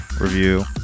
Review